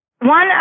One